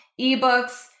ebooks